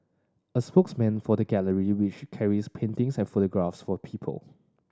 a spokesman for the gallery which carries paintings and photographs for people